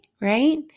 right